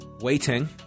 Waiting